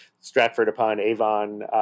Stratford-upon-Avon